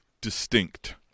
distinct